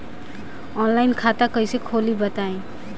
Online खाता कइसे खोली बताई?